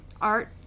art